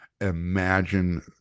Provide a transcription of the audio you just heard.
Imagine